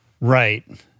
Right